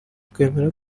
twemera